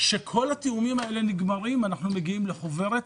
כשכל התיאומים האלה נגמרים מגיעים לחוברת,